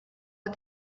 but